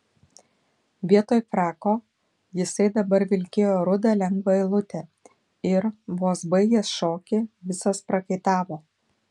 vietoj frako jisai dabar vilkėjo rudą lengvą eilutę ir vos baigęs šokį visas prakaitavo